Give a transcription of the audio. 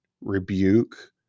rebuke